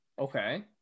okay